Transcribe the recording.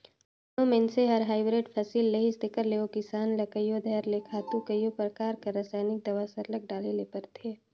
कोनो मइनसे हर हाईब्रिड फसिल लेहिस तेकर ओ किसान ल कइयो धाएर ले खातू कइयो परकार कर रसइनिक दावा सरलग डाले ले परथे